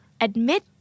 Admit